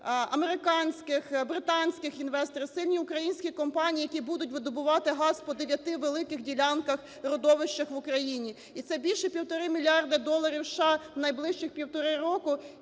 американських, британських інвесторів, сильні українські компанії, які будуть видобувати газ по 9 великих ділянках, родовищах в Україні. І це більше півтора мільярда доларів США в найближчих півтора року